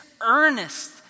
earnest